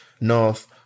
North